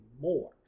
more